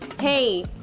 hey